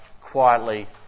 quietly